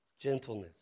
gentleness